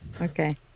Okay